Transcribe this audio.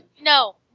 No